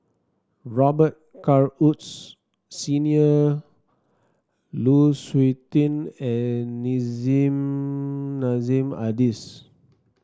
Robet Carr Woods Senior Lu Suitin and Nissim Nassim Adis